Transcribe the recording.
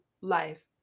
life